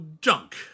junk